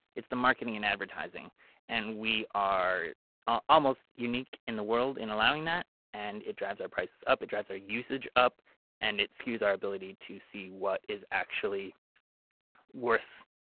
it's the marketing and advertising and we are almost unique in the world in allowing that and it drives our prices up and drives our usage up and it skews our ability to see what is actually worth